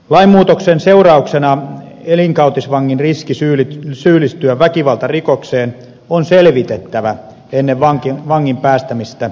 lainmuutoksen seurauksena elinkautisvangin riski syyllistyä väkivaltarikokseen on selvitettävä ennen vangin päästämistä ehdonalaiseen vapauteen